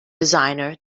designer